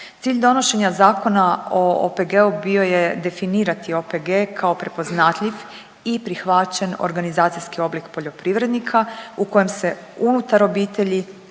Cilj donošenja Zakona o OPG-u bio je definirati OPG kao prepoznatljiv i prihvaćen organizacijski oblik poljoprivrednika u kojem se unutar obitelji